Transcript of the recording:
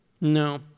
No